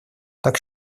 так